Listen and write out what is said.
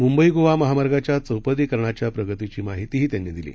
म्ंबई गोवा महामार्गाच्या चौपदरीकरणाच्या प्रगतीची माहितीही त्यांनी दिली